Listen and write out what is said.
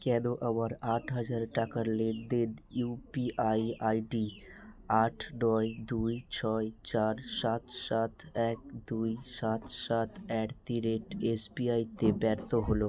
কেন আমার আট হাজার টাকার লেনদেন ইউপিআই আইডি আট নয় দুই ছয় চার সাত সাত এক দুই সাত সাত অ্যাট দি রেট এসবিআইতে ব্যর্থ হলো